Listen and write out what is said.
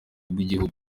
rw’igihugu